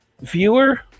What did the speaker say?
Viewer